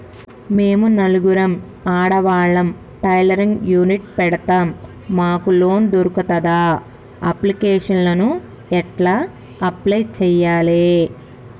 మేము నలుగురం ఆడవాళ్ళం టైలరింగ్ యూనిట్ పెడతం మాకు లోన్ దొర్కుతదా? అప్లికేషన్లను ఎట్ల అప్లయ్ చేయాలే?